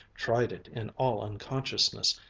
tried it in all unconsciousness.